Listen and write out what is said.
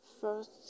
first